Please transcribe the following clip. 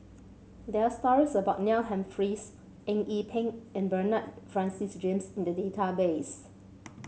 there's stories about Neil Humphreys Eng Yee Peng and Bernard Francis James in the database